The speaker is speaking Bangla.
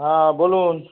হ্যাঁ বলুন